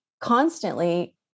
constantly